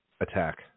attack